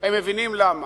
הם מבינים למה.